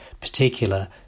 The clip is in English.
particular